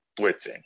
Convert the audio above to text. blitzing